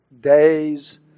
days